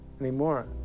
anymore